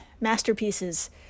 masterpieces